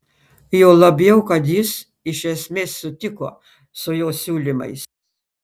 juo labiau kad jis iš esmės sutiko su jo siūlymais